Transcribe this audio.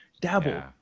dabble